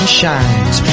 shines